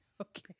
Okay